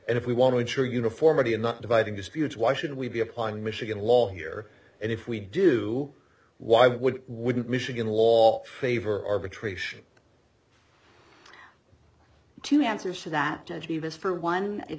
and if we want to ensure uniformity and not dividing disputes why should we be applying michigan law here and if we do why would wouldn't michigan law favor arbitration two answers to that was for one it